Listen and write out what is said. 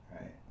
right